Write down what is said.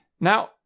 Now